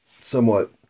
somewhat